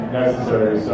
necessary